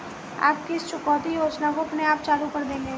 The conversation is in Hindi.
आप किस चुकौती योजना को अपने आप चालू कर देंगे?